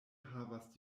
havas